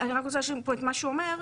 אני רק רוצה להשלים פה את מה שהוא אומר: